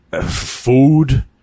food